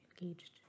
engaged